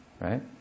right